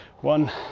one